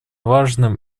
важным